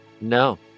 No